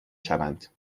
شوند